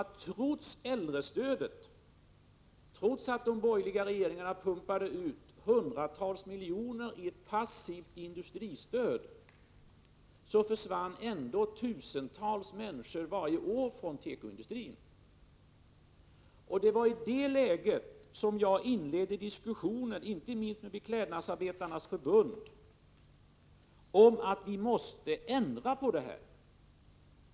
Trots äldrestödet, trots att de borgerliga regeringarna pumpade ut hundratals miljoner i ett passivt industristöd, försvann tusentals människor varje år från tekoindustrin. Det var i det läget som jag inledde diskussioner, inte minst med Beklädnadsarbetarnas förbund, om att vi måste ändra på det här.